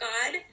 God